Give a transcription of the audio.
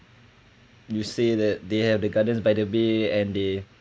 you say that they have the gardens by the bay and they